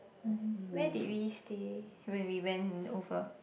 mmhmm where did we stay when we went over